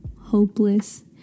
hopeless